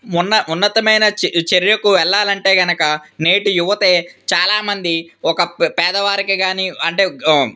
ఉన్న ఉన్నతమైన చర్యకు వెళ్ళాలంటే కనుక నేటి యువత చాలామంది ఒక పేదవారికి కానీ అంటే